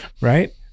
right